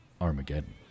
Armageddon